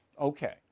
Okay